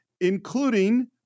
including